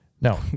no